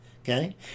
Okay